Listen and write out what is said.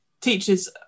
teachers